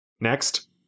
Next